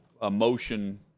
Emotion